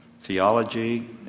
theology